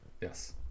Yes